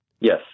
Yes